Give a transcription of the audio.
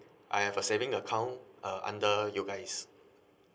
I have a saving account uh under you guys